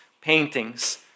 paintings